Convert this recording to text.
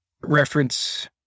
reference